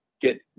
get